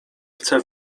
chce